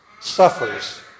suffers